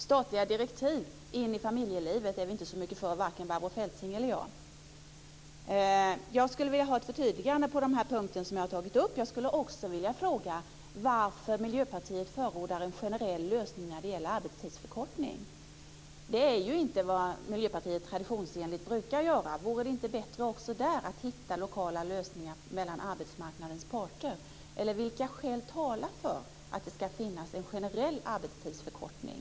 Statliga direktiv in i familjelivet är vi inte så mycket för vare sig Barbro Feltzing eller jag. Jag skulle vilja ha ett förtydligande på de punkter som jag har tagit upp. Jag skulle också vilja fråga varför Miljöpartiet förordar en generell lösning när det gäller arbetstidsförkortning. Det är inte vad Miljöpartiet traditionsenligt brukar göra. Vore det inte bättre att också där hitta lokala lösningar mellan arbetsmarknadens parter? Vilka skäl talar för att det ska finnas en generell arbetstidsförkortning?